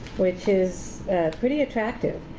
which is pretty attractive.